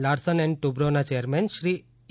Larsen and ટ્રબ્રોના chairman Shri ઍ